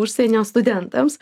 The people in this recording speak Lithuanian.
užsienio studentams